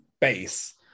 base